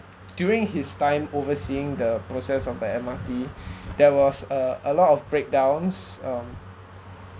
during his time overseeing the process of the M_R_T there was a a lot of breakdowns um